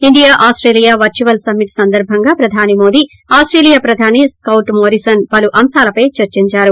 India Australia virtual summit సందర్భంగా ప్రధాని Modi Australia ప్రధాని స్కౌట్ మొరీసన్ పలు అంశాలపై చర్చిందారు